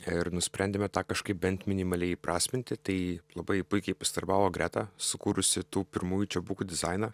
ir nusprendėme tą kažkaip bent minimaliai įprasminti tai labai puikiai pasidarbavo greta sukūrusi tų pirmųjų čiabukų dizainą